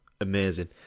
Amazing